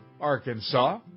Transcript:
Arkansas